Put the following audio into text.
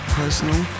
personal